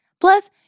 Plus